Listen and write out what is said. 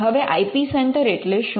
હવે I P centre એટલે શું